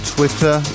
Twitter